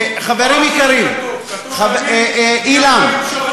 חברים יקרים, זה לא מה שכתוב.